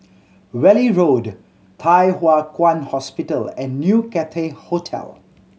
Valley Road Thye Hua Kwan Hospital and New Cathay Hotel